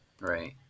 right